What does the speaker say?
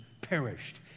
perished